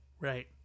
Right